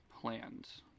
plans